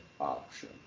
option